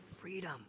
freedom